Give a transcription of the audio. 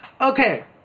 Okay